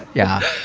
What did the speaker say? yeah.